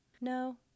No